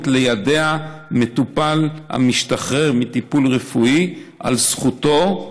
ליידע מטופל המשתחרר מטיפול רפואי על זכותו,